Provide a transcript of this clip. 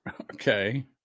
Okay